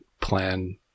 plan